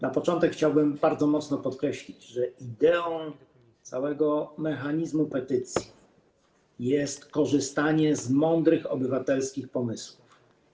Na początek chciałbym bardzo mocno podkreślić, że ideą całego mechanizmu petycji jest korzystanie z mądrych obywatelskich pomysłów.